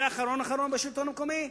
ואחרון-אחרון בשלטון המקומי,